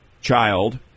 child